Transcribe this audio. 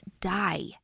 die